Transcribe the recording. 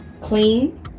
Clean